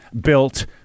built